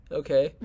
okay